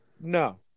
No